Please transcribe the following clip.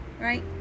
right